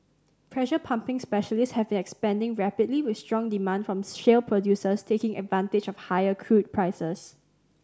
pressure pumping specialists have expanding rapidly with strong demand from shale producers taking advantage of higher crude prices